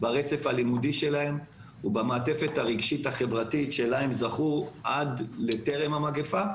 ברצף הלימודי שלהם ובמעטפת הרגשית-החברתית שלה הם זכו טרם המגפה,